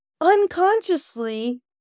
unconsciously